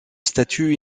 statut